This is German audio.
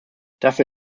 dafür